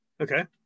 Okay